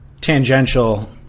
tangential